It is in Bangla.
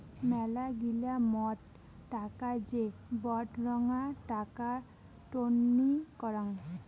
মেলাগিলা মত টাকা যে বডঙ্না টাকা টননি করাং